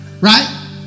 Right